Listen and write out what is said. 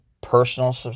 personal